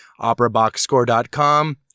operaboxscore.com